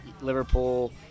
Liverpool